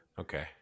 Okay